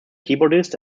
keyboardist